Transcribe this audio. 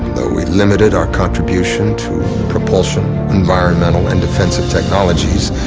though we had limited our contribution to propulsion, environmental and defensive technologies,